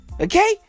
Okay